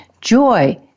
joy